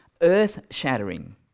earth-shattering